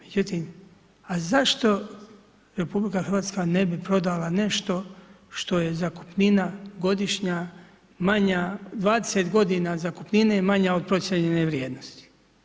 Međutim, a zašto RH ne bi prodala nešto što je zakupnina godišnja manja 20 godina zakupnine manja od procijenjene vrijednosti.